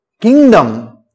kingdom